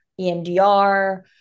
EMDR